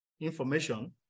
information